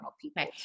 people